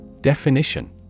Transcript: Definition